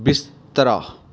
ਬਿਸਤਰਾ